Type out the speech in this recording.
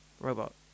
robot